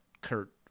kurt